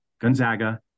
Gonzaga